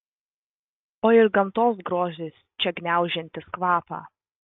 o ir gamtos grožis čia gniaužiantis kvapą